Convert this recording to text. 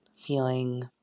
feeling